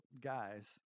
guys